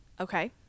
Okay